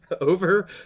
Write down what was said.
over